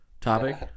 topic